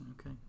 Okay